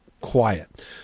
quiet